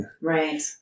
Right